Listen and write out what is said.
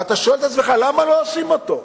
ואתה שואל את עצמך: למה לא עושים אותו?